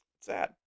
Sad